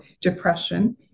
depression